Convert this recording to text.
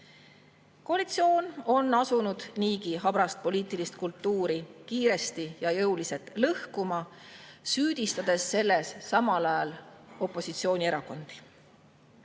Koalitsioon on asunud niigi habrast poliitilist kultuuri kiiresti ja jõuliselt lõhkuma, süüdistades selles samal ajal opositsioonierakondi,